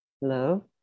hello